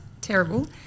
Terrible